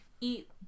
eat